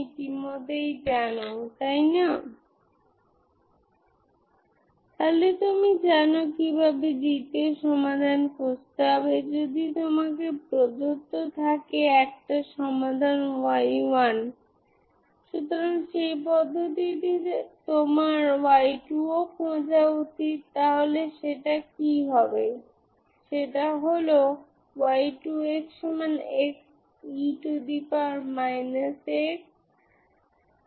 fxn0ancos 2nπb a xbnsin 2nπb ax সুতরাং আমি এই ইগেনফাংশন্ এবং এই ইগেন ফাংশনের পরিপ্রেক্ষিতে f লিখতে পারি কোইফিসিয়েন্ট গুলি কেবল আরবিট্রারি কন্সট্যান্ট যেখানে ans bns হচ্ছে আরবিট্রারি কন্সট্যান্ট